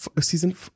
Season